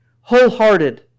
wholehearted